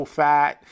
fat